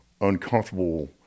uncomfortable